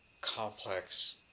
complex